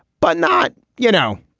but not, you know,